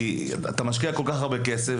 כי אתה משקיע כל כך הרבה כסף,